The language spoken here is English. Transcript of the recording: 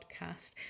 podcast